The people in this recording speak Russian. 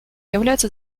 является